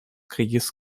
krieges